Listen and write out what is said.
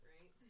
right